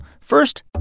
First